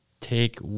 take